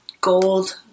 gold